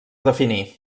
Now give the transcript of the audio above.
definir